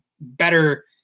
better